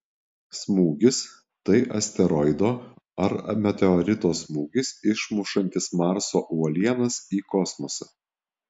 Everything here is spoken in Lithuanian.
smūgis tai asteroido ar meteorito smūgis išmušantis marso uolienas į kosmosą